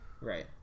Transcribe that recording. Right